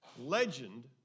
legend